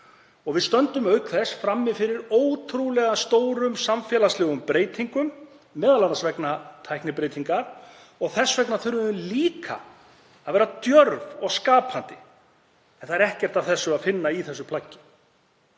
Við stöndum auk þess frammi fyrir ótrúlega stórum samfélagslegum breytingum, m.a. vegna tæknibreytinga, og þess vegna þurfum við líka að vera djörf og skapandi. En ekkert af slíku er að finna í þessu plaggi.